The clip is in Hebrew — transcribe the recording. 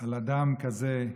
על אדם כזה,